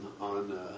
on